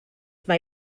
mae